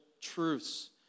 truths